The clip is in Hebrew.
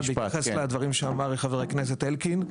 בהתייחס לדברים שאמר חבר הכנסת אלקין.